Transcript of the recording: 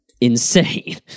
insane